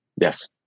yes